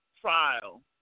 trial